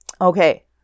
Okay